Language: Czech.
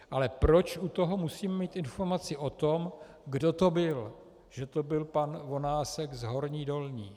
Ale proč u toho musím mít informaci o tom, kdo to byl, že to byl pan Vonásek z Horní Dolní?